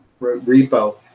repo